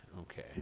Okay